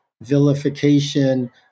vilification